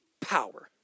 power